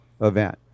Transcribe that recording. event